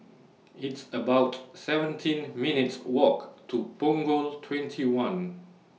It's about seventeen minutes' Walk to Punggol twenty one